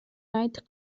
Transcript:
night